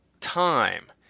time